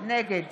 נגד